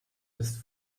jetzt